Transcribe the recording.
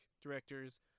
directors